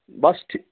بَس ٹھِ